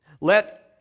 Let